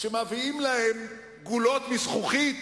שמביאים להם גולות מזכוכית